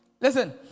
Listen